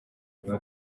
kuva